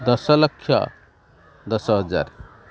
ଦଶ ଲକ୍ଷ ଦଶ ହଜାର